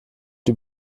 die